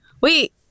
wait